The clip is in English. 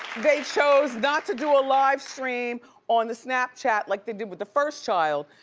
they chose not to do a livestream on the snapchat like they did with the first child.